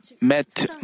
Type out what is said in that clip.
met